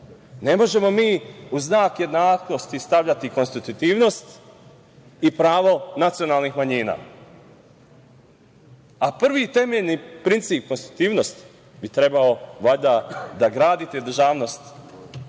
Ne možemo mi u znak jednakosti stavljati konstitutivnost i pravo nacionalnih manjina, a prvi temeljni princip konstitutivnosti bi trebalo valjda da bude da gradite državnost